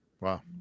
wow